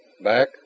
Back